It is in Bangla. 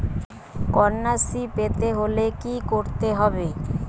কন্যাশ্রী পেতে হলে কি করতে হবে?